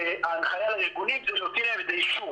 וההנחיה לארגונים זה להוציא להם לזה אישור.